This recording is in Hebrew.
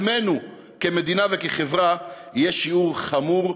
את עצמנו כמדינה וכחברה יהיה שיעור חמור,